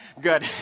Good